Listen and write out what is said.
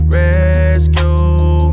rescue